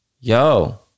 Yo